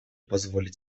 позволить